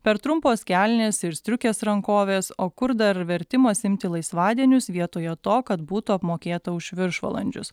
per trumpos kelnės ir striukės rankovės o kur dar vertimas imti laisvadienius vietoje to kad būtų apmokėta už viršvalandžius